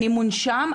אני מונשם,